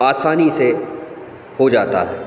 आसानी से हो जाता है